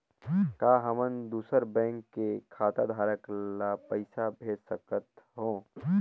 का हमन दूसर बैंक के खाताधरक ल पइसा भेज सकथ हों?